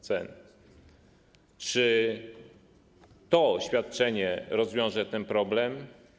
Czy to świadczenie rozwiąże ten problem?